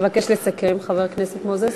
אבקש לסכם, חבר הכנסת מוזס.